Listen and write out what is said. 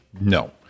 No